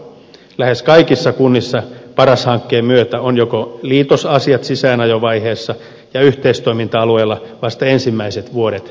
lähes kaikissa kunnissa paras hankkeen myötä ovat liitosasiat sisäänajovaiheessa ja yhteistoiminta alueilla vasta ensimmäiset vuodet menossa